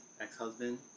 ex-husband